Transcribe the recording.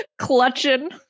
Clutching